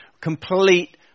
complete